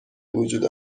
وجود